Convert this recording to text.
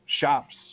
shops